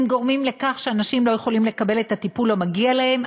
הם גורמים לכך שאנשים לא יכולים לקבל את הטיפול המגיע להם,